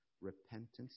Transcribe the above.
Repentance